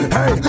Hey